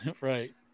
Right